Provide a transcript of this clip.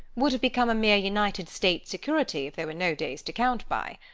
would have become a mere united states' security if there were no days to count by.